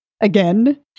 again